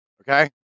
Okay